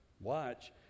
Watch